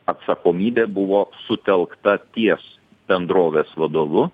atsakomybė buvo sutelkta ties bendrovės vadovu